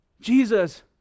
Jesus